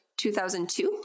2002